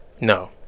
no